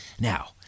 Now